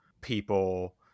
people